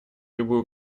любую